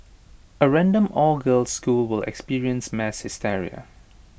A random all girls school will experience mass hysteria